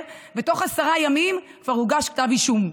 ותוך עשרה ימים כבר הוגש כתב אישום.